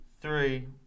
three